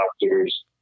doctors